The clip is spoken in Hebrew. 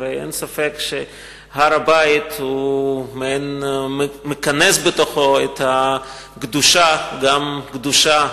אין ספק שהר-הבית מכנס בתוכו את הקדושה, גם קדושה